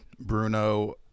Bruno